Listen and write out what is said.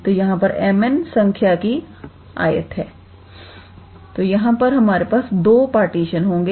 तो यहां पर mn संख्या की आयत हैं तो यहां पर हमारे पास दो पार्टीशन होंगे